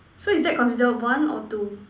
so is that consider one or two